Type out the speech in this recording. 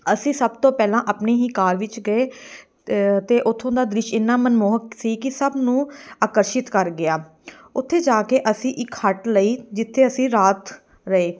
ਅਸੀਂ ਸਭ ਤੋਂ ਪਹਿਲਾਂ ਆਪਣੀ ਹੀ ਕਾਰ ਵਿੱਚ ਗਏ ਅਤੇ ਉੱਥੋਂ ਦਾ ਦ੍ਰਿਸ਼ ਇੰਨਾਂ ਮਨਮੋਹਕ ਸੀ ਕਿ ਸਭ ਨੂੰ ਆਕਰਸ਼ਿਤ ਕਰ ਗਿਆ ਉੱਥੇ ਜਾ ਕੇ ਅਸੀਂ ਇੱਕ ਹੱਟ ਲਈ ਜਿੱਥੇ ਅਸੀਂ ਰਾਤ ਰਹੇ